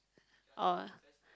or